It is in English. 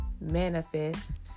manifest